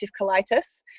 colitis